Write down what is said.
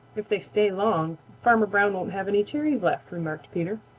if they stay long, farmer brown won't have any cherries left, remarked peter.